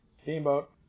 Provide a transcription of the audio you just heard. Steamboat